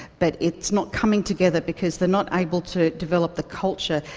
but it's not coming together because they're not able to develop the culture,